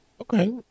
Okay